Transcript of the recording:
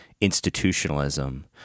institutionalism